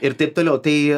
ir taip toliau tai